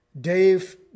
Dave